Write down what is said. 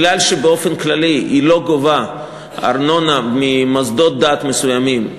מכיוון שבאופן כללי היא לא גובה ארנונה ממוסדות דת מסוימים,